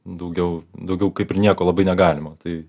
daugiau daugiau kaip ir nieko labai negalima tai